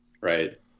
Right